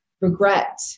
regret